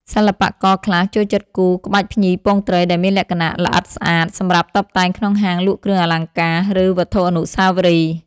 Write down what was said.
សិល្បករខ្លះចូលចិត្តគូរ ក្បាច់ភ្ញីពងត្រី ដែលមានលក្ខណៈល្អិតស្អាត សម្រាប់តុបតែងក្នុងហាងលក់គ្រឿងអលង្ការ ឬវត្ថុអនុស្សាវរីយ៍។